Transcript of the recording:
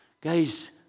Guys